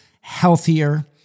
healthier